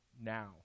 now